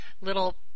little